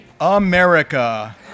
America